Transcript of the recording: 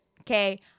okay